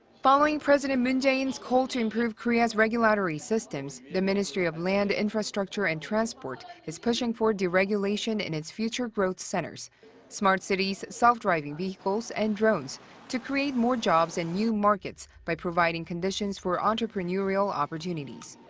following president moon jae-in's call to improve korea's regulatory systems, the ministry of land, infrastructure and transport is pushing for deregulation in its future growth centers smart cities, self-driving vehicles, and drones to create more jobs and new markets by providing conditions for entrepreneurial opportunities.